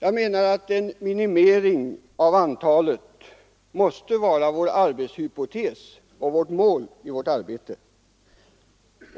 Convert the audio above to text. Jag menar att en minimering av antalet aborter måste vara vår arbetshypotes och vårt mål.